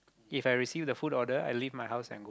If I receive the food order I leave my house and go